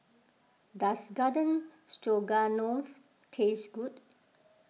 does Garden Stroganoff taste good